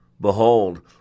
Behold